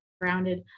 grounded